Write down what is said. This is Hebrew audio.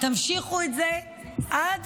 תמשיכו את זה עד